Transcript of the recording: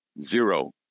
zero